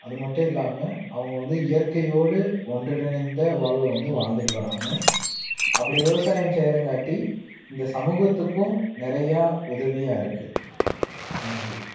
அதுமட்டும் இல்லாமல் அவங்கள் வந்து இயற்கையோடு ஒன்றிணைந்த வாழ்வை வந்து வாழ்ந்துகிட்டு வராங்க அப்படி விவசாயம் செய்கிறங்காட்டி இந்த சமூகத்துக்கும் நிறையா உதவியாக இருக்குது நன்றி